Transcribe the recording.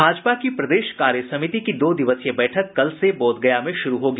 भाजपा की प्रदेश कार्य समिति की दो दिवसीय बैठक कल से बोधगया में शुरू होगी